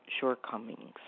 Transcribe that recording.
shortcomings